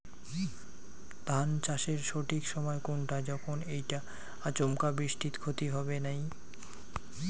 ধান চাষের সঠিক সময় কুনটা যখন এইটা আচমকা বৃষ্টিত ক্ষতি হবে নাই?